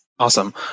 Awesome